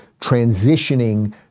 transitioning